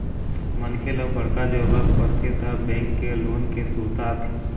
मनखे ल बड़का जरूरत परथे त बेंक के लोन के सुरता आथे